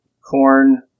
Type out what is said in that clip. corn